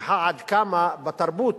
מוכיח עד כמה בתרבות,